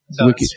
Wicked